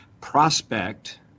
prospect